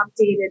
updated